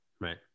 Right